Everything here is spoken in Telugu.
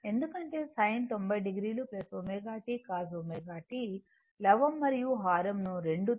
ఎందుకంటే sin 90 o ω t cos ωt లవం మరియు హారం ను రెండు తో గుణించాలి